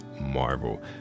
Marvel